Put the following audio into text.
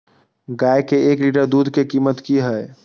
गाय के एक लीटर दूध के कीमत की हय?